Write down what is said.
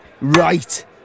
right